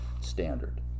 standard